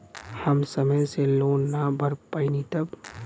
हम समय से लोन ना भर पईनी तब?